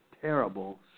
terrible